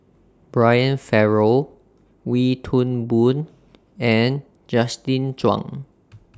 Brian Farrell Wee Toon Boon and Justin Zhuang